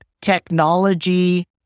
technology